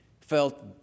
felt